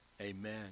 Amen